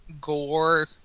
gore